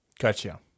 Gotcha